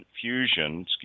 Fusion